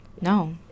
No